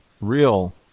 real